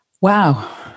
Wow